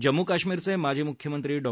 जम्मू काश्मीरचचिजी मुख्यमंत्री डॉ